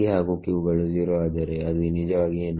p ಹಾಗು q ಗಳು 0 ಆದರೆ ಅದು ನಿಜವಾಗಿ ಏನು